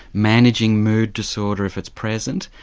managing mood disorder if it's present,